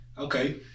Okay